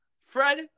Fred